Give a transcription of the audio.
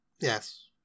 Yes